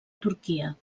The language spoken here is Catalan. turquia